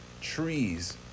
trees